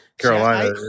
Carolina